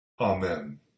Amen